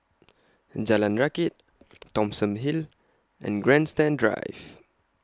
Jalan Rakit Thomson Hill and Grandstand Drive